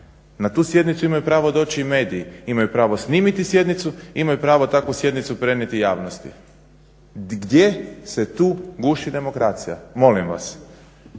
Na tu sjednicu imaju pravo doći i mediji, imaju pravo snimiti sjednicu, imaju pravo takvu sjednicu prenijeti javnosti. Gdje se tu guši demokracija, molim vas?